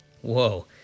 Whoa